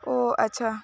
ଓ ଆଚ୍ଛା